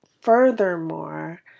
furthermore